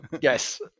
Yes